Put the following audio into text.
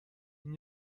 این